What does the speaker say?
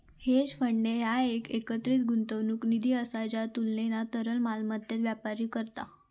hedge fund ह्या एक एकत्रित गुंतवणूक निधी असा ज्या तुलनेना तरल मालमत्तेत व्यापार करता